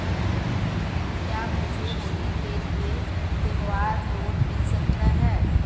क्या मुझे होली के लिए त्यौहार लोंन मिल सकता है?